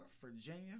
Virginia